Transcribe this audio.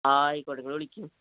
ആയിക്കോട്ടെ നിങ്ങള് വിളിക്കൂ